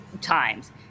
times